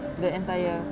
the entire